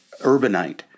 urbanite